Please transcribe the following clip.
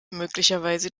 möglicherweise